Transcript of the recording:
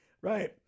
right